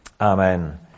Amen